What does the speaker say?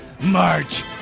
March